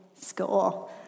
score